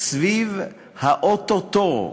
סביב האו-טו-טו,